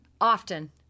often